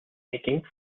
making